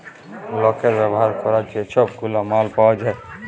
লকের ব্যাভার ক্যরার যে ছব গুলা মাল পাউয়া যায়